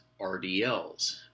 RDLs